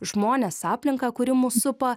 žmones aplinką kuri mus supa